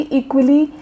equally